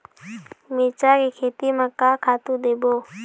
मिरचा के खेती म का खातू देबो?